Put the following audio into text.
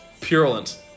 Purulent